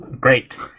great